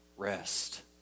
rest